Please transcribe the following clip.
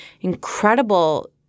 incredible